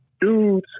dudes